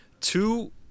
two